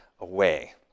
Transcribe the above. away